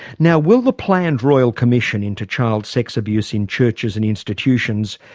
now, will the planned royal commission into child sex abuse in churches and institutions,